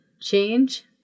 change